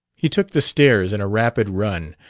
he took the stairs in a rapid run,